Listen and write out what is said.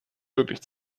möglich